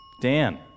Dan